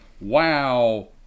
wow